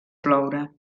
ploure